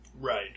Right